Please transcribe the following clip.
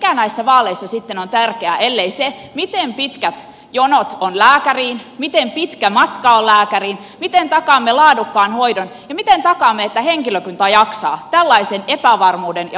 mikä näissä vaaleissa sitten on tärkeää ellei se miten pitkät jonot on lääkäriin miten pitkä matka on lääkäriin miten takaamme laadukkaan hoidon ja miten takaamme että henkilökunta jaksaa tällaisen epävarmuuden ja uudistuspaineen keskellä